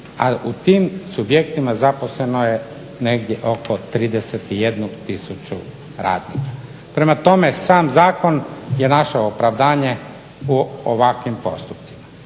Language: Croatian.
a u tim subjektima zaposleno je negdje oko 31 tisuću radnika. Prema tome, sam zakon je našao opravdanje u ovakvim postupcima.